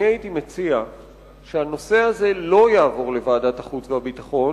אני הייתי מציע שהנושא הזה לא יעבור לוועדת החוץ והביטחון,